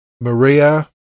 maria